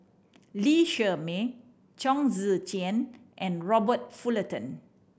Lee Shermay Chong Tze Chien and Robert Fullerton